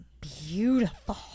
beautiful